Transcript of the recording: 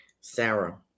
Sarah